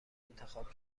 انتخاب